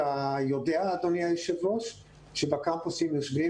אתה יודע אדוני היושב ראש שבקמפוסים יושבים